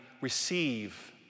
receive